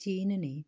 ਚੀਨ ਨੇ